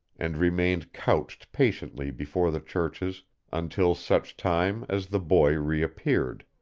and remained couched patiently before the churches until such time as the boy reappeared.